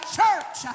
church